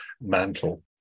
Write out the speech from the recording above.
mantle